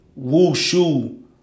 Wushu